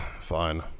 Fine